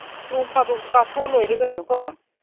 ꯅꯣꯡ ꯐꯥꯗꯣꯛꯁꯨ ꯀꯥꯊꯣꯛꯑ ꯂꯣꯏꯔꯦ ꯀꯩꯅꯣꯀꯣ